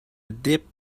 deep